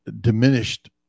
diminished